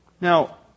Now